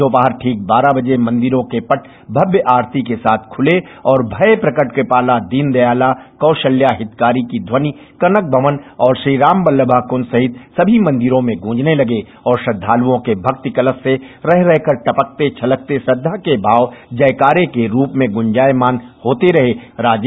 दोपहर ठीक बारह बजे मंदिरों के पट भव्य आस्ती के साथ खुले और स्मये प्रगट कृपाला दीनदयाला कौसल्या हितकारीर कीघ्यनि कनक भवन और श्री राम बल्तभा कुञ्ज सहित सभी मंदिरों में गूंजने लगे और श्रद्धालुओं के भक्तिकलश से रह रह कर टपकते छलकते श्रद्धा के भाव जयकारे के रूप में गुंजायमान होतेरहे